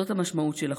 זאת המשמעות של החוק.